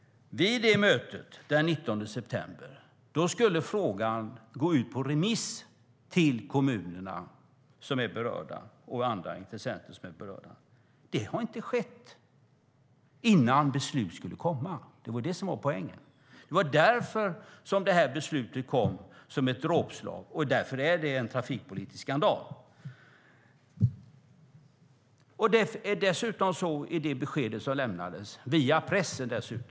Vid mötet den 19 september sades det att frågan skulle gå ut på remiss till de kommuner och andra intressenter som är berörda - men det har inte skett. Det skulle ske innan beslutet skulle komma - det var poängen. Det var därför beslutet kom som ett dråpslag, och därför är det en trafikpolitisk skandal. Det besked som Trafikverket lämnade kom dessutom via pressen.